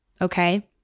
Okay